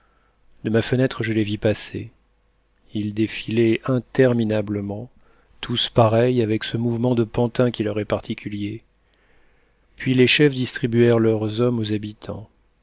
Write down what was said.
de ma fenêtre je les vis passer ils défilaient interminablement tous pareils avec ce mouvement de pantins qui leur est particulier puis les chefs distribuèrent leurs hommes aux habitants